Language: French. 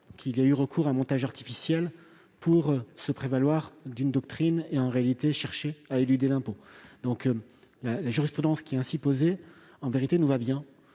qu'il a eu recours à un montage artificiel pour se prévaloir d'une doctrine et, en réalité, chercher à éluder l'impôt. La jurisprudence qui est ainsi posée nous convient